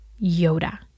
Yoda